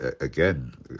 again